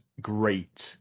great